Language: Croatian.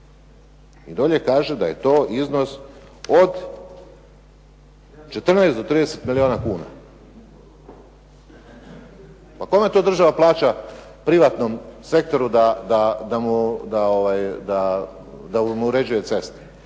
I dolje kaže da je to iznos od 14 do 30 milijuna kuna. Pa kome to država plaća privatnom sektoru da mu, da mu uređuje ceste,